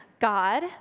God